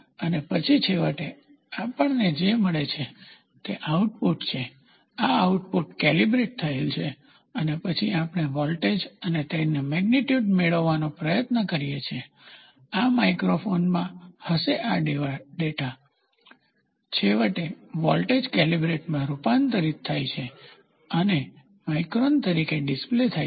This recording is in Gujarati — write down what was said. અને પછી છેવટે આપણને જે મળે છે તે આઉટપુટ છે આ આઉટપુટ કેલીબ્રેટ થયેલ છે અને પછી આપણે વોલ્ટેજ અને તેની મેગ્નીટ્યુડ મેળવવાનો પ્રયત્ન કરીએ છીએ આ માઇક્રોનમાં હશેઆ ડેટા છેવટે વોલ્ટેજ કેલિબ્રેટમાં રૂપાંતરિત થાય છે અને માઇક્રોન તરીકે ડીસ્પ્લે થાય છે